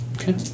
Okay